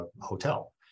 hotel